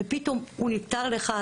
ופתאום הוא נפטר לך,